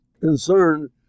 concerned